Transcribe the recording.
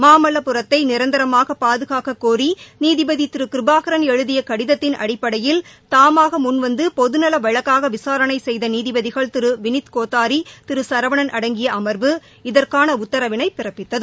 மாமல்லபுரத்தை நிரந்தரமாக பாதுகாக்கக்கோரி நீதிபதி திரு கிருபாகரன் எழுதிய கடிதத்தின் அடிப்படையில் தாமாக முன் வந்து பொதுநல வழக்காக விசாரணை செய்த நீதிபதிகள் திரு வினித்கோத்தாரி திரு சரவணன் அடங்கிய அமா்வு இதற்கான உத்தரவை பிறப்பித்தது